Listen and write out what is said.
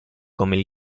come